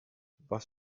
was